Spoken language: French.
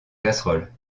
casseroles